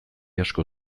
asko